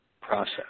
process